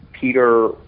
Peter